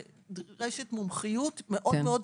שנדרשת מומחיות מאוד ספציפית.